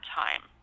time